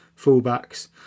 fullbacks